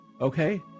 Okay